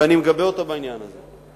ואני מגבה אותה בעניין הזה.